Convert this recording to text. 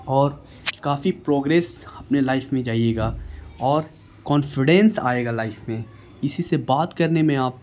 اور کافی پروگرریس اپنے لائف میں جائیے گا اور کانفیڈینس آئے گا لائف میں اسی سے بات کرنے میں آپ